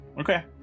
Okay